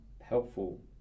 helpful